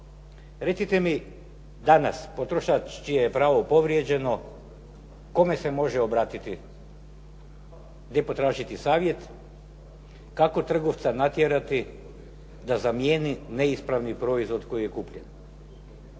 Recite mi danas potrošač čije je pravo povrijeđeno kome se može obratiti, gdje potražiti savjet, kako trgovca natjerati da zamijeni neispravni proizvod koji je kupljen.